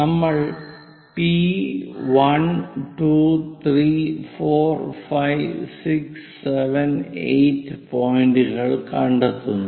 നമ്മൾ P1 2 3 4 5 6 7 8 പോയിന്റുകൾ കണ്ടെത്തുന്നു